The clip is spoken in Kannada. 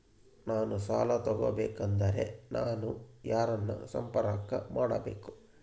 ನಾನು ಸಾಲ ತಗೋಬೇಕಾದರೆ ನಾನು ಯಾರನ್ನು ಸಂಪರ್ಕ ಮಾಡಬೇಕು?